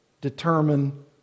determine